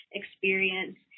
experience